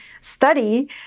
study